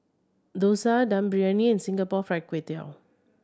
dosa Dum Briyani and Singapore Fried Kway Tiao